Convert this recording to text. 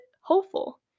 hopeful